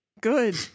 good